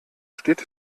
steht